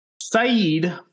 Saeed